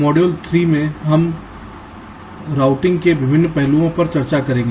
module 3 में routing के विभिन्न पहलुओं पर चर्चा करेगा